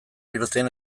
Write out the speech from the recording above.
irten